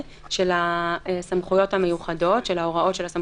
של הסמכויות המיוחדות.